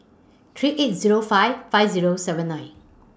three eight Zero five five Zero seven nine